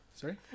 Sorry